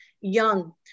Young